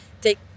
take